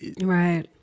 right